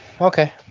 Okay